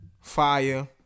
fire